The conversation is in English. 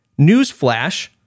Newsflash